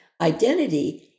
identity